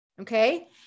Okay